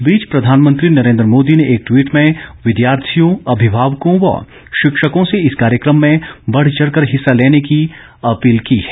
इस बीच प्रधानमंत्री नरेन्द्र मोदी ने एक ट्वीट में विद्यार्थियों अभिभावकों व शिक्षकों से इस कार्यक्रम में बढ़चढ़ कर हिस्सा लेने की अपील की है